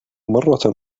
مرة